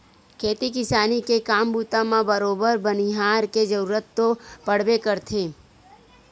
खेती किसानी के काम बूता म बरोबर बनिहार के जरुरत तो पड़बे करथे